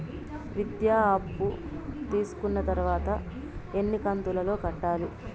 విద్య అప్పు తీసుకున్న తర్వాత ఎన్ని కంతుల లో కట్టాలి?